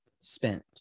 spent